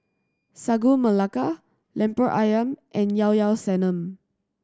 Sagu Melaka Lemper Ayam and Llao Llao Sanum